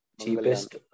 cheapest